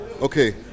Okay